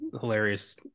hilarious